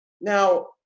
Now